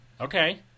okay